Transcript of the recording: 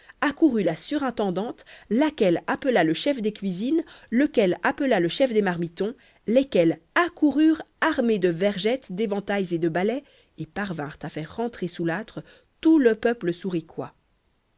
accourut la surintendante laquelle appela le chef des cuisines lequel appela le chef des marmitons lesquels accoururent armés de vergettes d'éventails et de balais et parvinrent à faire rentrer sous l'âtre tout le peuple